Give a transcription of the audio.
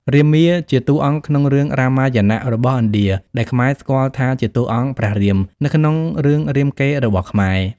រាមា ជាតួអង្គក្នុងរឿងរាមយណៈរបស់ឥណ្ឌា ដែលខ្មែរស្គាល់ថាជាតួអង្គព្រះរាម នៅក្នុងរឿងរាមកេរ្តិ៍របស់ខ្មែរ។